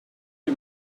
die